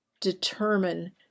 determine